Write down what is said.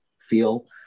feel